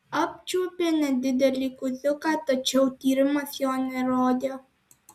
apčiuopė nedidelį guziuką tačiau tyrimas jo nerodė